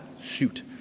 Shoot